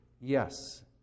Yes